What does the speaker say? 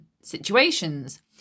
situations